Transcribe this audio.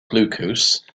glucose